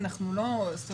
אנחנו לא.